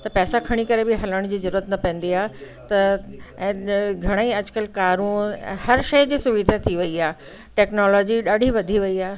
त पैसा खणी करे बि हलण जी ज़रूरत न पैंदी आहे त घणाईं अॼुकल्ह कारूं हर शइ जी सुविधा थी वई आहे टैक्नोलॉजी ॾाढी वधी वई आहे